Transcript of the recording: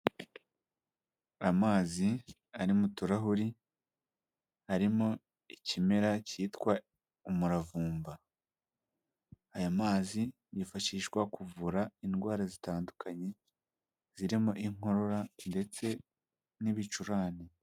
Amazi ari mu turahuri arimo ikimera cyitwa umuravumba, aya mazi yifashishwa kuvura indwara zitandukanye zirimo inkorora ndetse n'ibicurane.